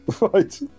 right